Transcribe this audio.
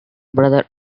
brother